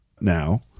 now